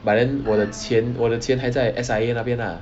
but then 我的钱我的钱还在 S_I_A 那边 lah